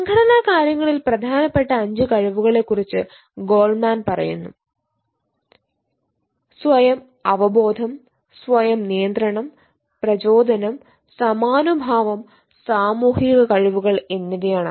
സംഘടനാ കാര്യങ്ങളിൽ പ്രധാനപ്പെട്ട അഞ്ച് കഴിവുകളെ കുറിച്ച് ഗോൾഡ്മാൻ പറയുന്നു സ്വയം അവബോധം സ്വയം നിയന്ത്രണം പ്രചോദനം സമാനുഭാവം സാമൂഹിക കഴിവുകൾ എന്നിവയാണ് അവ